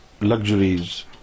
luxuries